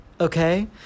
okay